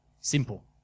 Simple